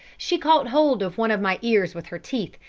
she caught hold of one of my ears with her teeth,